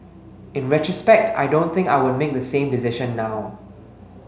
in retrospect I don't think I would make the same decision now